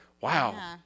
Wow